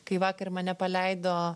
kai vakar mane paleido